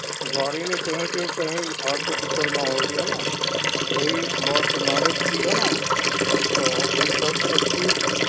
گاڑی میں کہیں پہ کہیں آپ کو دقت نہ ہوگی ہے نا رہی بات مالک کی ہے نا تو یہ سب سے اچھی